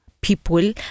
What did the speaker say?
people